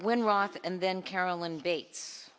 when rock and then carolyn bates